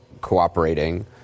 cooperating